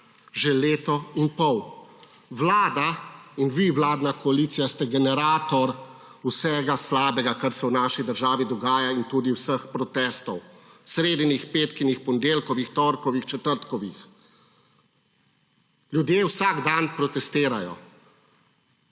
že leto in pol. Vlada in vi vladna koalicija ste generator vsega slabega, kar se v naši državi dogaja in tudi vseh protestov, sredinih, petkovih, ponedeljkovih, torkovih, četrtkovih. Ljudje vsak dan protestirajo,